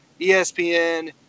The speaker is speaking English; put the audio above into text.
ESPN